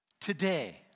today